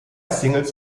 singles